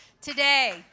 today